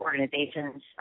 organizations